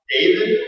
David